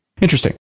Interesting